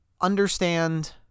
understand